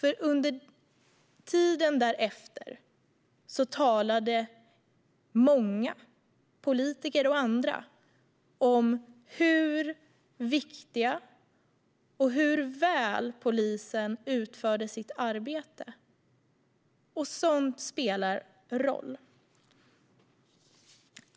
Under tiden därefter talade många, politiker och andra, om hur viktig polisen var och hur väl den utförde sitt arbete. Sådant spelar roll.